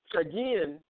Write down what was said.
Again